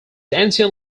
ancient